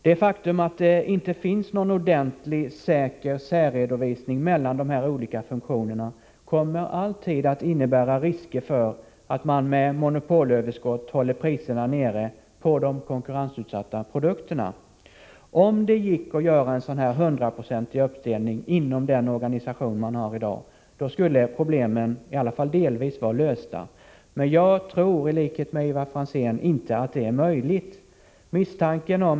Det faktum att det inte finns någon ordentlig, säker särredovisning när det gäller de här olika funktionerna kommer alltid att innebära risker för att man med monopolöverskott håller priserna nere på de konkurrensutsatta produkterna. Om det gick att göra en hundraprocentig uppdelning inom den organisation man har i dag, skulle problemen -— i alla fall i viss mån — vara lösta. Men jag tror inte att det är möjligt. Det har ju även Ivar Franzén gett uttryck för.